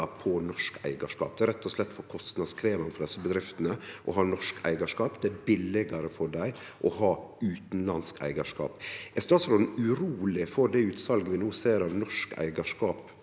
på norsk eigarskap. Det er rett og slett for kostnadskrevjande for desse bedriftene å ha norsk eigarskap. Det er billegare for dei å ha utanlandsk eigarskap. Er statsråden uroleg for det utsalet vi no ser av norsk eigarskap